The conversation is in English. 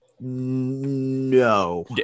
no